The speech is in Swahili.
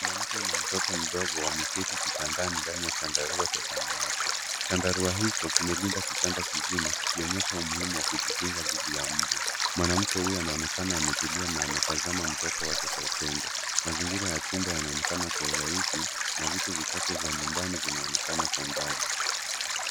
Mwanamke na mtoto mdogo wameketi kitandani ndani ya chandarua cha samawati. Chandarua hicho kimelinda kitanda kizima kikionyesha umuhimu wa kujikinga dhidi ya mbu. Mwanamke huyu anaonekana ametulia na anatazama mtoto wake kwa upendo. Mazingira ya chumba yanaonekana kwa urahisi na vitu vichache vya nyumbani vinaonekana kwa mbali.